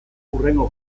hurrengo